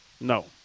No